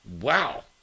Wow